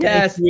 Yes